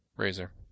Razor